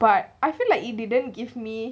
but I feel like it didn't give me